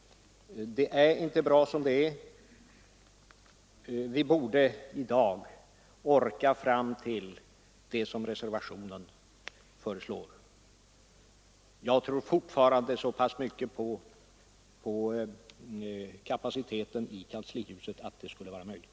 Det är inte bra som det är. Vi borde i dag orka fram till det som reservationen föreslår. Jag tror fortfarande så pass mycket på kapaciteten i kanslihuset att jag kan säga att detta torde vara möjligt.